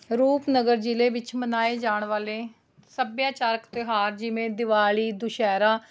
ਰੂਪਨਗਰ ਜ਼ਿਲ੍ਹੇ ਵਿੱਚ ਮਨਾਏ ਜਾਣ ਵਾਲੇ ਸੱਭਿਆਚਾਰਕ ਤਿਉਹਾਰ ਜਿਵੇਂ ਦੀਵਾਲੀ ਦੁਸਹਿਰਾ